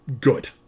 good